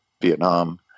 Vietnam